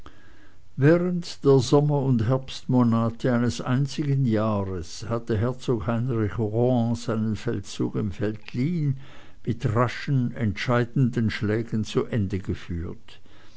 während der sommer und herbstmonate eines einzigen jahres hatte herzog heinrich rohan seinen feldzug im veltlin mit raschen entscheidenden schlägen zu ende geführt